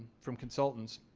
from consultants